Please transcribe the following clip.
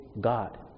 God